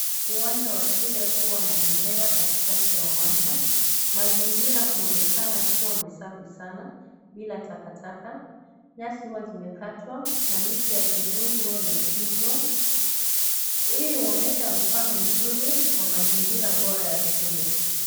Uwanja wa shule huwa na bendera katikati ya uwanja. Mazingira huonekana kuwa ni safi sana, bila takataka. Nyasi huwa zimekatwa na miti ya kivuli huwa imetunzwa. Hii huonyesha mfano mzuri wa mazingira bora ya shule.